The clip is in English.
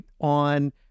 on